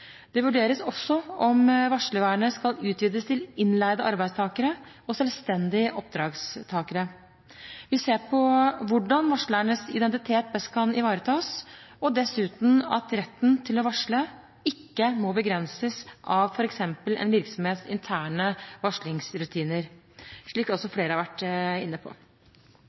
Det vurderes også om varslervernet skal utvides til innleide arbeidstakere og selvstendige oppdragstakere. Vi ser på hvordan varslernes identitet best kan ivaretas, og dessuten at retten til å varsle ikke må begrenses av f.eks. en virksomhets interne varslingsrutiner, slik også flere har vært inne på.